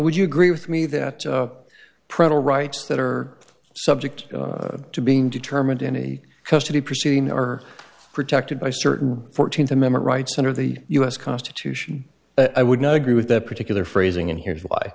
would you agree with me that predator rights that are subject to being determined any custody proceeding are protected by certain fourteenth amendment rights under the us constitution but i would not agree with that particular phrasing and here's why